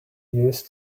use